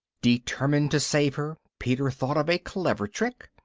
determined to save her, peter thought of a clever trick.